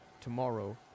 tomorrow